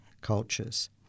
cultures